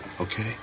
Okay